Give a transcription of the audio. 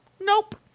nope